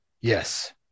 yes